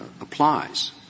applies